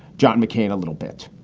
john mccain a little bit.